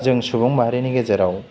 जों सुबुं माहारिनि गेजेराव